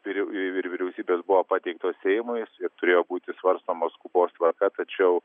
ir ir vyriausybės buvo pateiktos seimui ir turėjo būti svarstomos skubos tvarka tačiau